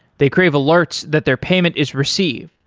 they crave alerts that their payment is received.